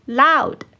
loud